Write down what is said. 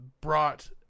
brought